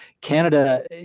Canada